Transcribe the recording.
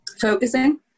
focusing